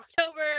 october